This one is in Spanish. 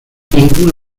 ninguno